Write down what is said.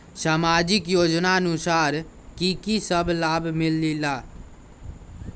समाजिक योजनानुसार कि कि सब लाब मिलीला?